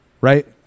Right